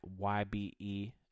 YBE